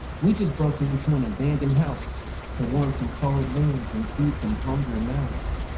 we just broke into an abandoned house to warm some cold limbs and feed some hungry mouths.